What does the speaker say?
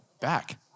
Back